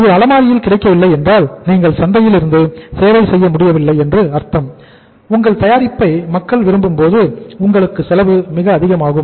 அது அலமாரியின் கிடைக்கவில்லை என்றால் நீங்கள் சந்தையிலிருந்து சேவை செய்ய முடியவில்லை என்று அர்த்தம் உங்கள் தயாரிப்பை மக்கள் விரும்பும் போது உங்களுக்கு செலவு மிக அதிகமாகும்